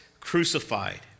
crucified